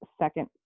second